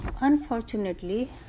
Unfortunately